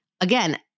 Again